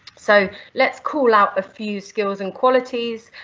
so let's call out a few skills and qualities.